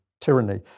tyranny